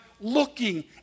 looking